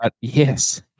Yes